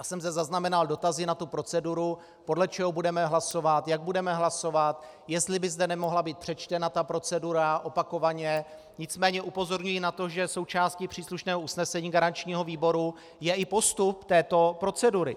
Já jsem zde zaznamenal dotazy na proceduru, podle čeho budeme hlasovat, jak budeme hlasovat, jestli by zde nemohla být procedura přečtena opakovaně, nicméně upozorňuji na to, že součástí příslušného usnesení garančního výboru je i postup této procedury.